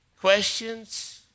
questions